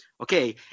Okay